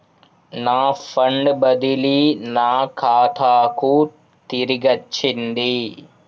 నా ఫండ్ బదిలీ నా ఖాతాకు తిరిగచ్చింది